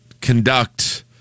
conduct